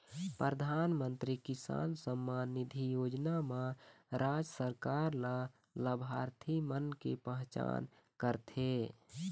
परधानमंतरी किसान सम्मान निधि योजना म राज सरकार ल लाभार्थी मन के पहचान करथे